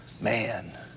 man